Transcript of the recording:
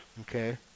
Okay